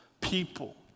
people